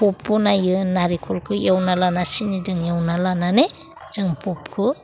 pop बनायो नारेंखलखौ एवना लानानै सिनिजों एवना लानानै जों पपखौ